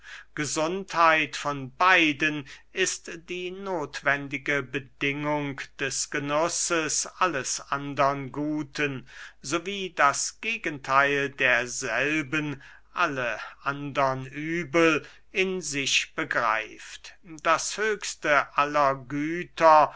gesundheit von beiden ist die nothwendige bedingung des genusses alles andern guten so wie das gegentheil derselben alle andere übel in sich begreift das höchste aller güter